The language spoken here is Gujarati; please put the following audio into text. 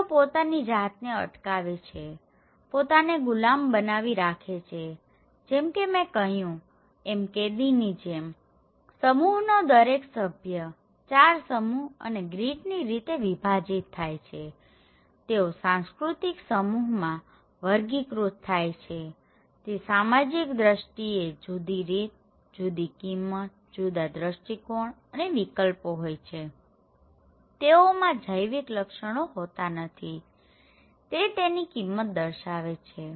તેઓ પોતાની જાતને અટકાવે છે પોતાને ગુલામ બનાવી રાખે છે જેમકે મેં કહ્યું એમ કેદીની જેમસમુહનો દરેક સભ્ય 4 સમૂહ અને ગ્રીડ ની રીતે વિભાજીત થાય છેતેઓ સાંસ્કૃતિક સમૂહમાં વર્ગીકૃત થાય છેતે સામાજીક દ્રષ્ટિએ જુદી રીત જુદી જુદી કિંમત જુદા દ્રષ્ટિકોણ અને વિકલ્પો હોય છેતેઓમાં જૈવિક લક્ષણો હોતા નથી તે તેની કિંમત દર્શાવે છે